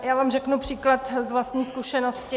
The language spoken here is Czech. Já vám řeknu příklad z vlastní zkušenosti.